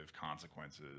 consequences